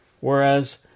whereas